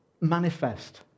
manifest